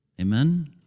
Amen